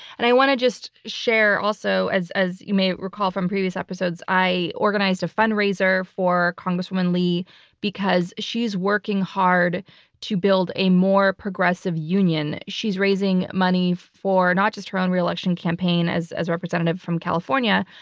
and i want to just share also as as you may recall from previous episodes, i organized a fundraiser for congresswoman lee because she's working hard to build a more progressive union. she's raising money for not just her own reelection campaign as a representative from california,